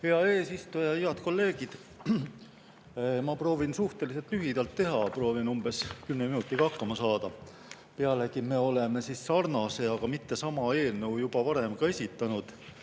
Hea eesistuja! Head kolleegid! Ma proovin suhteliselt lühidalt teha. Proovin umbes 10 minutiga hakkama saada. Pealegi me oleme sarnase, aga mitte sama eelnõu juba varem ka esitanud,